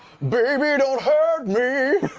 baby don't hurt me.